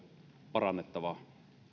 parannettavaa